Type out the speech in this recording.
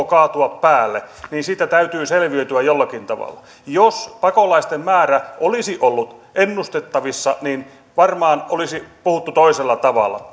kaatua päälle niin siitä täytyy selviytyä jollakin tavalla jos pakolaisten määrä olisi ollut ennustettavissa niin varmaan olisi puhuttu toisella tavalla